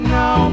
now